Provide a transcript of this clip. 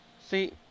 See